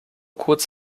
kurz